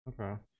Okay